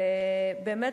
ובאמת,